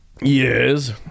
yes